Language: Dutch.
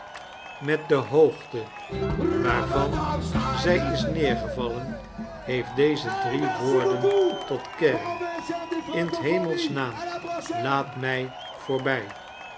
met de hoogte waarvan zij is neergevallen heeft deze drie woorden tot kern in t hemels liaam laat mij voorbij